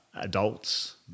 adults